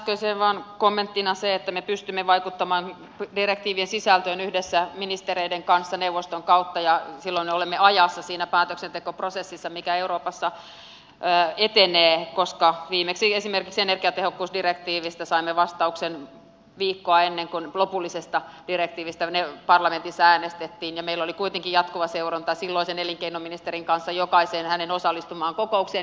äskeiseen vain kommenttina se että me pystymme vaikuttamaan direktiivien sisältöön yhdessä ministereiden kanssa neuvoston kautta ja silloin olemme ajassa siinä päätöksentekoprosessissa mikä euroopassa etenee koska viimeksi esimerkiksi energiatehokkuusdirektiivistä saimme vastauksen viikkoa ennen kuin lopullisesta direktiivistä parlamentissa äänestettiin ja meillä oli kuitenkin jatkuva seuranta silloisen elinkeinoministerin kanssa jokaiseen hänen osallistumaansa kokoukseen